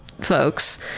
folks